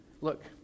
Look